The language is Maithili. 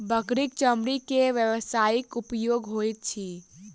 बकरीक चमड़ी के व्यवसायिक उपयोग होइत अछि